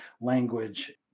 language